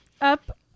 up